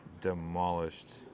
demolished